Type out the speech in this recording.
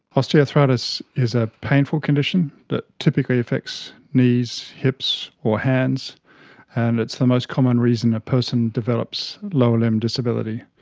osteoarthritis is a painful condition that typically affects knees, hips or hands and it's the most common reason a person develops lower limb disability.